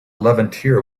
levanter